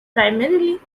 primarily